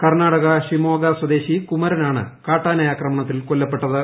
കർണ്ണാടക് ഷിമോഗ സ്വദേശി കുമരൻ ആണ് കാട്ടാനയാക്രമണത്തിൽ കൊല്ലപ്പെട്ടത്